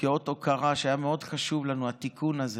כאות הוקרה, היה מאוד חשוב לנו התיקון הזה,